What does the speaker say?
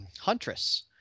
Huntress